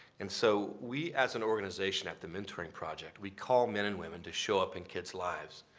and so we as an organization at the mentoring project, we call men and women to show up in kids' lives.